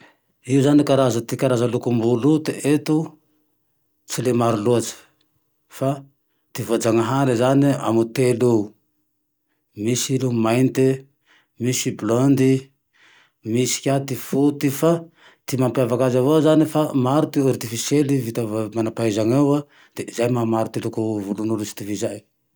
Io zane ty karaza, zaraza lokom-bolo io te eto tsy le maro loatsy. Fa ty voa-janahare zane amy telo eo, misy io mainte, misy blonde, misy ka ty foty fa ty mampiavake aze avao zane fa maro ty artifisiely vita va-manampahaizagne eo an, de zay maha maro loko volon'olo tsy itovizagne io